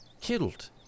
killed